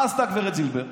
מה עשתה גב' זילבר?